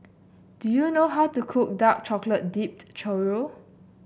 do you know how to cook Dark Chocolate Dipped Churro